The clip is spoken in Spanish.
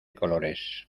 colores